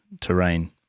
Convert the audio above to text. terrain